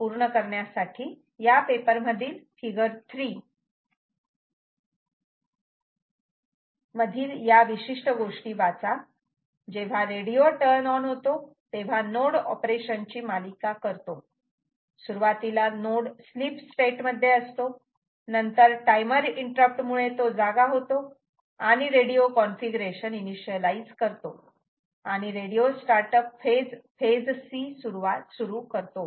पूर्ण करण्यासाठी या पेपर मधील फिगर 3 मधील या विशिष्ट गोष्टी वाचा जेव्हा रेडिओ टर्न ऑन होतो तेव्हा नोड ऑपरेशन ची मालिका करतो सुरुवातीला नोड स्लीप स्टेट मध्ये असतो नंतर टाइमर इंटरप्ट मुळे तो जागा होतो आणि रेडिओ कॉन्फिगरेशन इनिशियालाइज करतो आणि radio start up phase phase C सुरू करतो